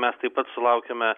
mes taip pat sulaukėme